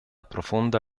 profonda